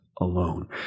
alone